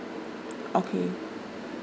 okay